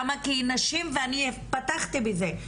אני פתחתי בזה,